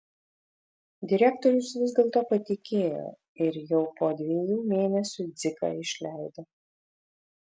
direktorius vis dėl to patikėjo ir jau po dviejų mėnesių dziką išleido